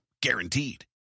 Guaranteed